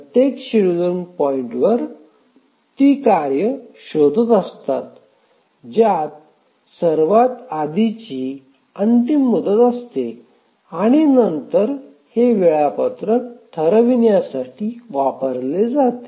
प्रत्येक शेड्यूलिंग पॉईंटवर ती कार्ये शोधत असतात ज्यात सर्वात आधीची अंतिम मुदत असते आणि नंतर हे वेळापत्रक ठरवण्यासाठी वापरले जाते